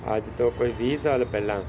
ਅੱਜ ਤੋਂ ਕੋਈ ਵੀਹ ਸਾਲ ਪਹਿਲਾਂ